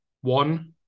one